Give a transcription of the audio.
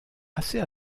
assez